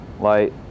light